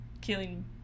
killing